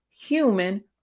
human